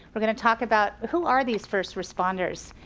we're gonna talk about who are these first responders,